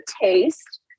taste